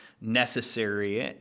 necessary